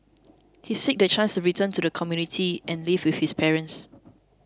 he seeks the chance to return to the community and live with his parents